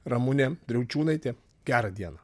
ramunė driaučiūnaitė gerą dieną